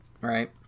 Right